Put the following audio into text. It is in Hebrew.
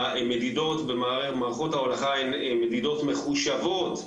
שהמדידות במערכות ההולכה הן מדידות מחושבות,